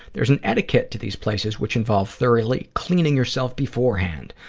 there's an etiquette to these places which involve thoroughly cleaning yourself beforehand,